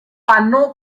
anno